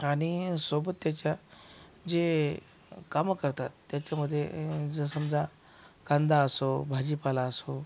आणि सोबत त्याच्या जे कामं करतात त्याच्यामधे जर समजा कांदा असो भाजीपाला असो